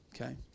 Okay